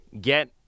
get